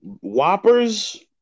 Whoppers